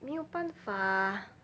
没有办法